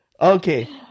Okay